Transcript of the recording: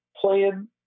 playing